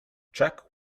check